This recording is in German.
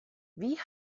wie